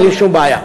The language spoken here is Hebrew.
אין לי שום בעיה.